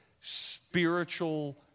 spiritual